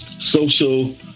social